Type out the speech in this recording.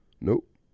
Nope